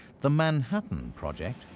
the manhattan project,